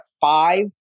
five